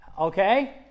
Okay